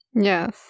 Yes